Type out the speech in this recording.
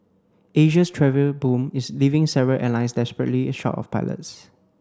Asia's travel boom is leaving several airlines desperately short of pilots